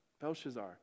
Belshazzar